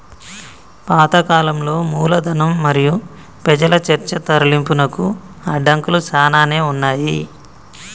పాత కాలంలో మూలధనం మరియు పెజల చర్చ తరలింపునకు అడంకులు సానానే ఉన్నాయి